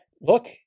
look